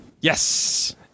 Yes